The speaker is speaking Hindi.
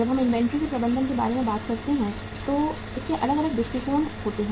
जब हम इन्वेंट्री के प्रबंधन के बारे में बात करते हैं तो इसके अलग अलग दृष्टिकोण होते हैं